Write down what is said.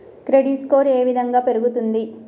Credit score ఏ విధంగా పెరుగుతుంది?